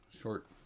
Short